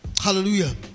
Hallelujah